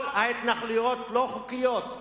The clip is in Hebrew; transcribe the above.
כל ההתנחלויות לא חוקיות,